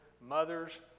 Mothers